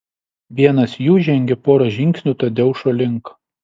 vienas jų žengė porą žingsnių tadeušo link